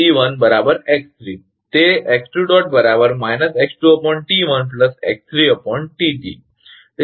તેથી x2 ẋ2Tt x3 તે ẋ2 x2 Tt x3 Tt